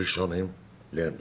ראשונים לעמדה.